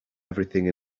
everything